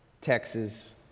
Texas